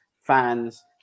fans